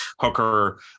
Hooker